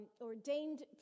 ordained